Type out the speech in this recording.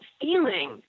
feeling